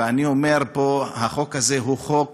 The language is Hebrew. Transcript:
ואני אומר פה: החוק הזה הוא החוק